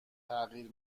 تغییر